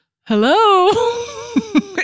Hello